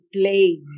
play